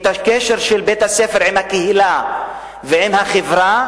הקשר של בית-הספר עם הקהילה ועם החברה,